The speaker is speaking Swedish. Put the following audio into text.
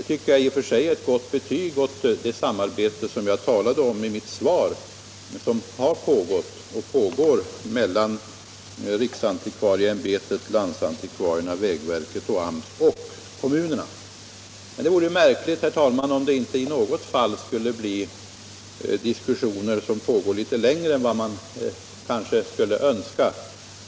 Jag tycker att det i och för sig är ett gott betyg åt det samarbete som jag talade om i mitt svar och som har pågått och pågår mellan riksantikvarieämbetet, landsantikvarierna, vägverket, AMS och kommunerna. Det vore märkligt, herr talman, om inte diskussionerna i något fall skulle pågå litet längre än man kunde önska.